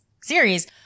series